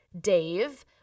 Dave